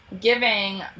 giving